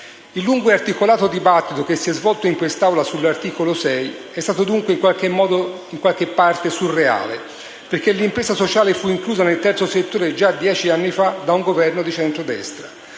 Il lungo e articolato dibattito che si è svolto in Assemblea sull'articolo 6 è stato dunque in alcune parti surreale, perché l'impresa sociale fu inclusa nel terzo settore già dieci anni fa da un Governo di centrodestra.